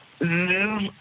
move